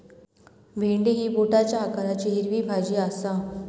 भेंडी ही बोटाच्या आकाराची हिरवी भाजी आसा